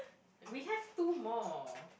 we have two more